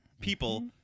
people